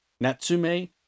natsume